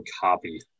copy